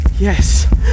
Yes